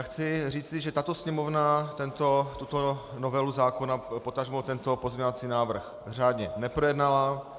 Chci říci, že tato Sněmovna tuto novelu zákona, potažmo tento pozměňovací návrh, řádně neprojednala.